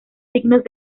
signos